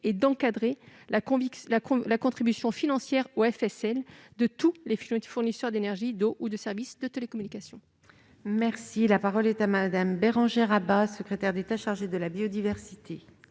et d'encadrer la contribution financière au FSL de tous les fournisseurs d'énergie, d'eau ou de services de télécommunication ? La parole est à Mme la secrétaire d'État. Madame la sénatrice